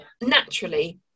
naturally